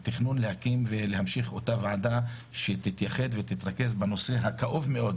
תמשיך את אותה ועדה שתתרכז בנושא הכאוב מאוד